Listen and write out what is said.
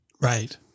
Right